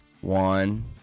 one